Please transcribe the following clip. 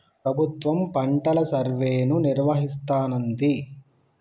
ప్రభుత్వం పంటల సర్వేను నిర్వహిస్తానంది